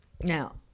now